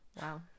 Wow